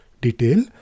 detail